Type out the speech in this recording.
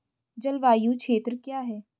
जलवायु क्षेत्र क्या है?